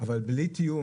אבל בלי תיאום,